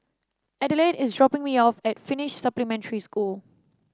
Adelaide is dropping me off at Finnish Supplementary School